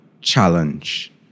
challenge